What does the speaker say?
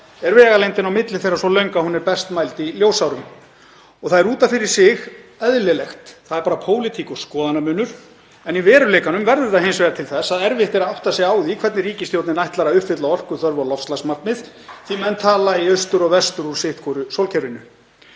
er vegalengdin á milli þeirra svo löng að hún verður best mæld í ljósárum. Það er út af fyrir sig eðlilegt, það er bara pólitík og skoðanamunur, en í veruleikanum verður það hins vegar til þess að erfitt er að átta sig á því hvernig ríkisstjórnin ætlar að uppfylla orkuþörf og loftslagsmarkmið því að menn tala í austur og vestur hver úr sínu sólkerfinu.